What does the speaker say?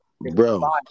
bro